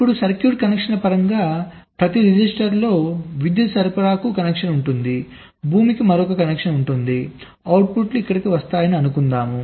ఇప్పుడు సర్క్యూట్ కనెక్షన్ల పరంగా ప్రతి రిజిస్టర్లో విద్యుత్ సరఫరాకు కనెక్షన్ ఉంటుంది భూమికి మరో కనెక్షన్ ఉంటుంది అవుట్పుట్లు ఇక్కడ వస్తున్నాయని అనుకుందాం